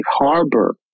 harbor